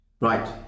Right